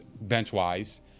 bench-wise